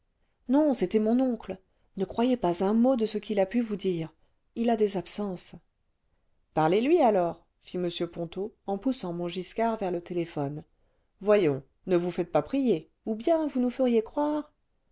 non c'était mon oncle ne croyez pas un mot de ce quil a pu vous dire il a des absences parlez lui alors fit'm ponto en poussant montgiscard vers le téléphone voyons ne vous faites pas prier ou bien vous nous feriez croire